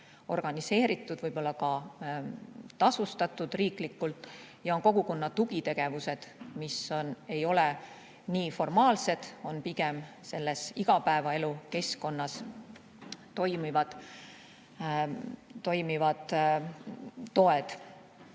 organiseeritud, võib-olla ka tasustatud riiklikult, ja kogukonna tugitegevused, mis ei ole nii formaalsed, on pigem igapäevases elukeskkonnas toimivad toed.